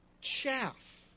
chaff